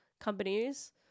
companies